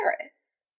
Paris